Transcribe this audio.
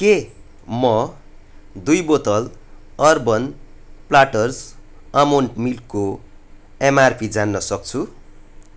के म दुई बोतल अर्बन प्लाटर्स आमोन्ड मिल्कको एमआरपी जान्न सक्छु